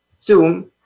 Zoom